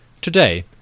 Today